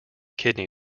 kidney